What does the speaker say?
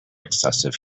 excessive